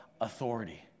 authority